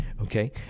Okay